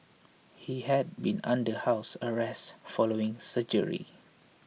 he had been under house arrest following surgery